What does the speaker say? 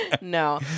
No